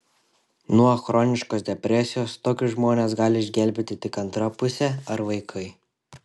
nuo chroniškos depresijos tokius žmones gali išgelbėti tik antra pusė ar vaikai